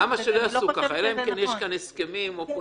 אני לא חושבת שזה נכון.